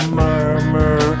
murmur